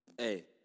Hey